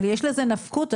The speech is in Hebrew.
אבל יש לזה נפקות,